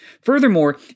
Furthermore